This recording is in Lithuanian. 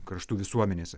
kraštų visuomenėse